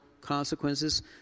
consequences